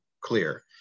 clear